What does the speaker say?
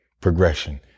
progression